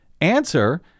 answer